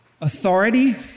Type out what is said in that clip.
Authority